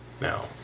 now